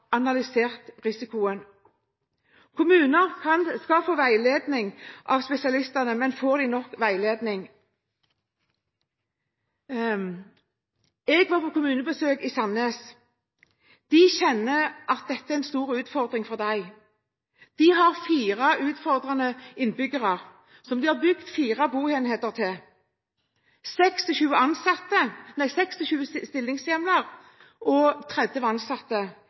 analysert risikoen? Kommunene skal få veiledning av spesialistene. Men får de nok veiledning? Jeg var på kommunebesøk i Sandnes. De kjenner at dette er en stor utfordring for dem. De har fire utfordrende innbyggere, som de har bygd fire boenheter til. Det er 26 stillingshjemler på fire personer. Ingen av de ansatte